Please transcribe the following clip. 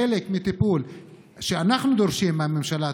חלק מהטיפול שאנחנו דורשים מהממשלה,